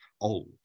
old